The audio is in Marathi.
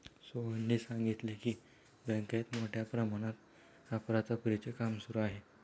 सोहनने सांगितले की, बँकेत मोठ्या प्रमाणात अफरातफरीचे काम सुरू आहे